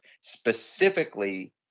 specifically